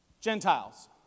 Gentiles